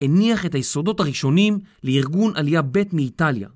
הניח את היסודות הראשונים לארגון עלייה ב' מאיטליה.